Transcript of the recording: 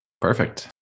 Perfect